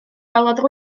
gwelodd